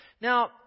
Now